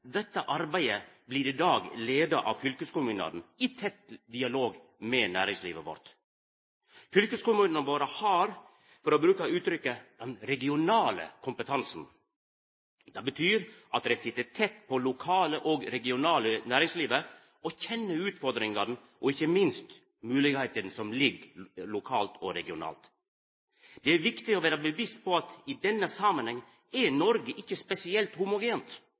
Dette arbeidet blir i dag leidd av fylkeskommunane, i tett dialog med næringslivet vårt. Fylkeskommunane våre har – for å bruka det uttrykket – den regionale kompetansen. Det betyr at dei sit tett på det lokale og regionale næringslivet, og kjenner utfordringane og ikkje minst moglegheitene som ligg lokalt og regionalt. Det er viktig å vera bevisst på at i denne samanhengen er Noreg ikkje spesielt homogent.